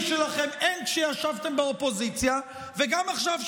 שלכם גם כשישבתם באופוזיציה וגם עכשיו,